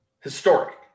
historic